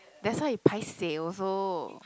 that's why he paiseh also